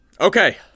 Okay